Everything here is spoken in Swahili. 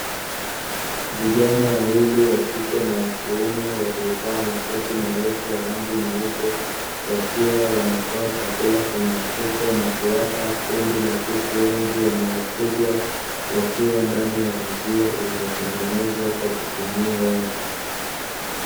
Vijana wawili wakike na wakiume waliovaa makoti marefu ya rangi nyeupe. Wakiwa wanatoa chakula kwenye mfuko na kuwapa kundi la kuku wengi wanaofugwa, wakiwa ndani ya uzio uliotengenezwa kwa kutumia wavu.